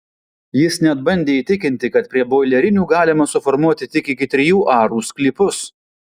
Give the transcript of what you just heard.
jis net bandė įtikinti kad prie boilerinių galima suformuoti tik iki trijų arų sklypus